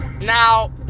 Now